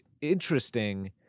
interesting